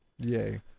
Yay